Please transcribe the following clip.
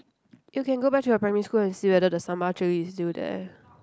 you can go back to your primary school and see whether the sambal chilli is still there